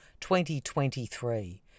2023